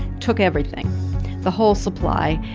took everything the whole supply.